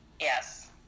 Yes